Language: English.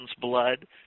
blood